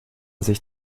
sich